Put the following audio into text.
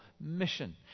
mission